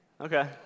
okay